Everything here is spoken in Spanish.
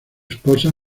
esposa